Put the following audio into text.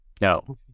No